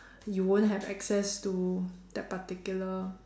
you won't have access to that particular